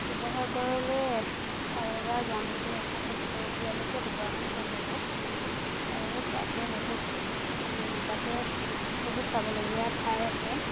শিৱসাগৰলৈ আৰু এবাৰ যাম বুলি আশা থাকিলে এতিয়ালৈকে দুবাৰমান গ'লো আৰু তাতে বহুত তাতে বহুত চাবলগীয়া ঠাই আছে